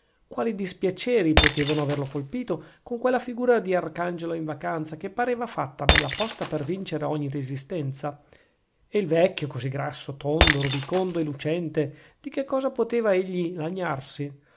quali dispiaceri potevano averlo colpito con quella figura di arcangelo in vacanza che pareva fatta a bella posta per vincere ogni resistenza e il vecchio così grasso tondo rubicondo e lucente di che cosa poteva egli lagnarsi